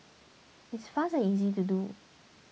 it's fast and easy to do